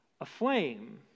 aflame